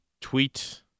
tweet